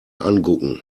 angucken